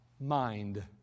Mind